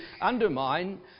undermine